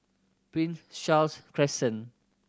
Prince Charles Crescent